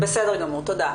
בסדר תודה.